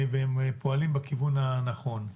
והם פועלים בכיוון הנכון.